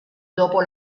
dopo